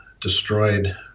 destroyed